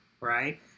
right